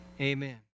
amen